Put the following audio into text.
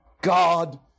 God